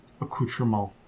accoutrement